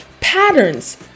patterns